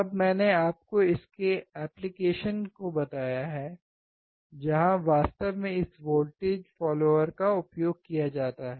तब मैंने आपको इसके एप्लिकेशन को बताया है जहां वास्तव में इस वोल्टेज फॉलोअर का उपयोग किया जाता है